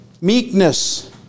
meekness